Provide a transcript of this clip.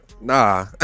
nah